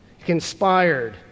conspired